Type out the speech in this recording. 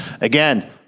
again